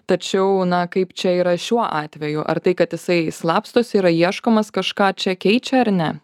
tačiau na kaip čia yra šiuo atveju ar tai kad jisai slapstosi yra ieškomas kažką čia keičia ar ne